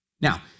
Now